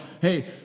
hey